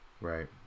right